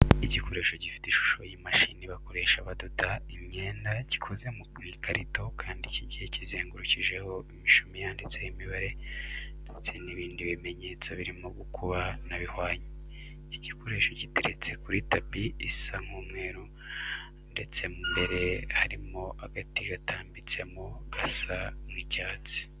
Igikoresho gifite ishusho y'imashini bakoresha badoda imyenda gikoze mu ikarito kandi kigiye kizengurukijeho imishumi yanditseho imibare ndetse n'ibindi bimenyetso birimo gukuba na bihwanye. Iki gikoresho giteretse kuri tapi isa nk'umweru ndetse mo imbere harimo agati gatambitsemo gasa nk'icyatsi.